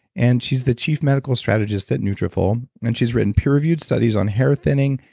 and she's the chief medical strategist at nutrafol. and she's written peer-reviewed studies on hair thinning,